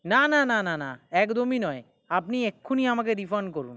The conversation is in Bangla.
না না না না না একদমই নয় আপনি এক্ষুণি আমাকে রিফান্ড করুন